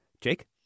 Jake